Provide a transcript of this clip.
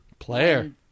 player